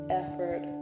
effort